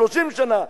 30 שנה,